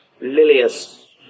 Lilius